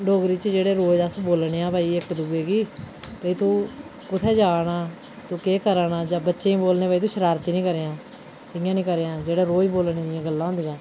डोगरी जेह्ड़ा रोज अस बोलने आं भाई इक दूए गी भई तू कुत्थैं जा ना तू केह् करा ना जां बच्चे गी बोलने आं कि तू शरारती नीं करेआं इ'यां नीं करेआं जेह्ड़ा रोज बोलने दी गल्लां होंदिया